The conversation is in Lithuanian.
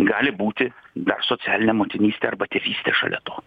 gali būti dar socialinė motinystė arba tėvystė šalia to